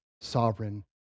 sovereign